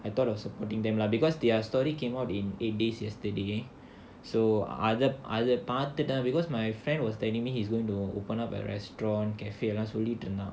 I thought of supporting them lah because their story came out in eight days yesterday so other other பார்த்துட்டு:paarthuttu because my friend was telling me he's going to open up a restaurant cafe சொல்லிட்டிருந்தான்:sollittirunthaan